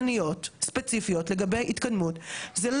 זה לא סיפור כל כך גדול לעדכן עובדים,